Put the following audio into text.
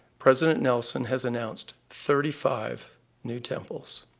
president nelson has announced thirty five new temples.